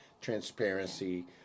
transparency